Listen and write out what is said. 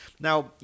Now